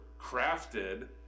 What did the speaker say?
crafted